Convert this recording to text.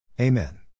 Amen